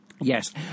Yes